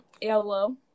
yellow